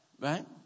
right